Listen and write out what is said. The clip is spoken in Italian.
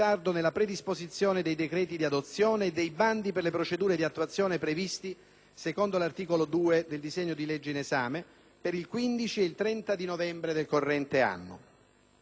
secondo l'articolo 2 del decreto-legge in esame, per il 15 e il 30 novembre del corrente anno. Ciò detto, e premesso che la risoluzione della crisi dei settori dell'agricoltura e della pesca